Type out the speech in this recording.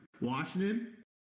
Washington